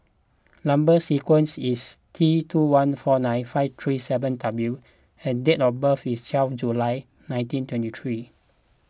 Number Sequence is T two one four nine five three seven W and date of birth is twelve July nineteen twenty three